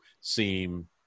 seem